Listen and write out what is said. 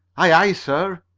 aye, aye, sir.